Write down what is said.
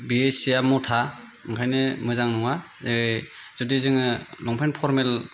बेयो सिया मथा ओंखायनो मोजां नङा जुदि जोङो लंपेन्ट फर्मेल